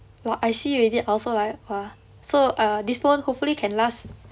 !wah! I see already also like !wah! so err this phone hopefully can last